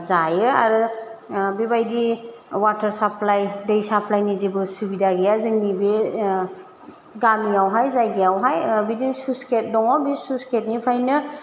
जायो आरो बेबायदि वाटार साप्लाइ दै साप्लाइनि जेबो सुबिदा गैया जोंनि बे गामियावहाय जायगायावहाय बिदिनो सुचगेट दङ बे सुचगेटनिफ्रायनो